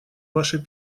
ваше